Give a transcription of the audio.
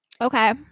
Okay